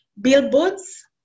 billboards